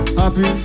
happy